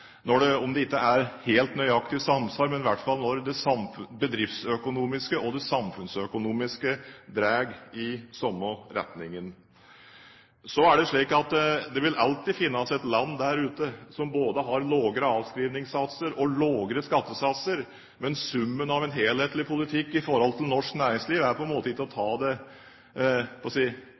om det ikke akkurat er helt nøyaktig samsvar, men i hvert fall når det bedriftsøkonomiske og det samfunnsøkonomiske drar i samme retningen. Det vil alltid finnes et land der ute som har både lavere avskrivningssatser og lavere skattesatser, men summen av en helhetlig politikk i norsk næringsliv er på en måte ikke å ta det